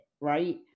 right